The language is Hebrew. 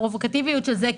בפרובוקטיביות של זה,